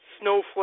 Snowflake